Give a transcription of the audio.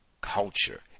culture